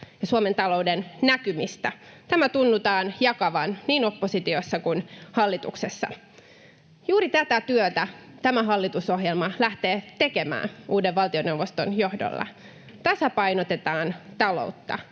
ja Suomen talouden näkymistä. Tämä tunnutaan jakavan niin oppositiossa kuin hallituksessa. Juuri tätä työtä tämä hallitusohjelma lähtee tekemään uuden valtioneuvoston johdolla: tasapainotetaan taloutta,